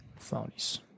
Phonies